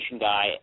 guy